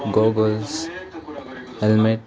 googles helmet